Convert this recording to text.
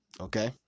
okay